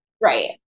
right